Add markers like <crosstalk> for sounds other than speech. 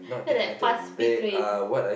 ya like fast speed train <noise>